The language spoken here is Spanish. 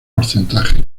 porcentaje